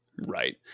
Right